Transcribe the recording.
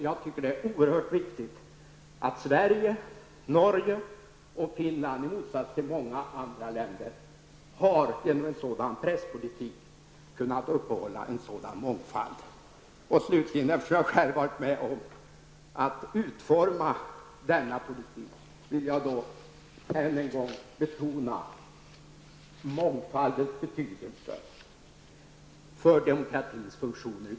Jag tycker att det är oerhört viktigt att Sverige, Norge och Finland, i motsats till många andra länder, med en sådan presspolitik har kunnat uppehålla en mångfald. Jag har själv varit med om att utforma denna politik, och jag vill än en gång betona mångfaldens betydelse för demokratins funktioner.